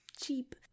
cheap